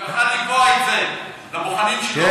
הוא יכול היה לקבוע את זה לבוחנים שלו.